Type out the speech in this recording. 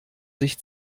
sich